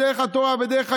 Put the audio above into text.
בדרך התורה ובדרך היראה,